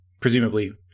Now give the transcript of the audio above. presumably